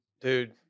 Dude